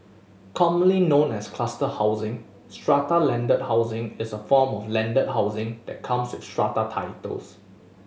commonly known as cluster housing strata landed housing is a form of landed housing that comes with strata titles